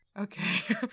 Okay